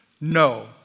No